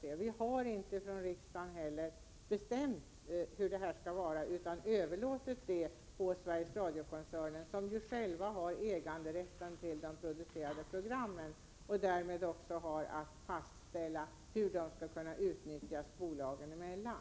Riksdagen har inte bestämt hur det skall vara med tappning av program utan har överlåtit på Sveriges Radio-koncernen, som ju har äganderätten till de producerade programmen, att fastställa hur programmen skall kunna utnyttjas bolagen emellan.